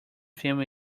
filmed